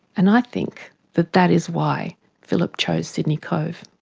and i think that that is why phillip chose sydney cove.